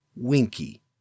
Winky